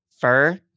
fur